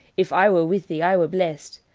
if i were with thee, i were blest,